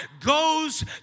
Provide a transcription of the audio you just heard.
goes